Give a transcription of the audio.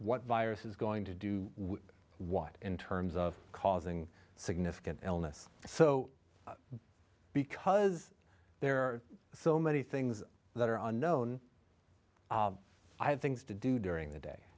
what virus is going to do what in terms of causing significant illness so because there are so many things that are unknown i have things to do during the day